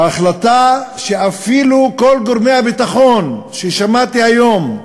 ההחלטה, שאפילו כל גורמי הביטחון, שמעתי היום,